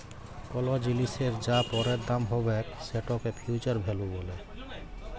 call জিলিসের যা পরের দাম হ্যবেক সেটকে ফিউচার ভ্যালু ব্যলে